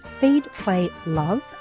feedplaylove